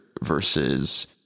versus